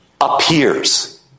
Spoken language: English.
appears